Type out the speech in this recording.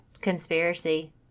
conspiracy